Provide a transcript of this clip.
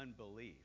unbelief